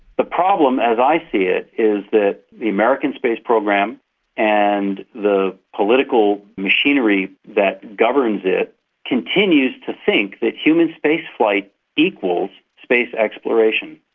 the problem as i see it is that the american space program and the political machinery that governs it continues to think that human spaceflight equals space exploration,